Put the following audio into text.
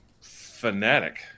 fanatic